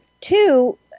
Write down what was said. two